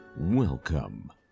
Welcome